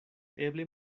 eble